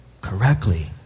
correctly